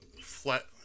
...flat